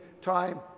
time